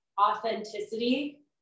authenticity